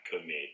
commit